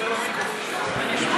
דבר למיקרופון.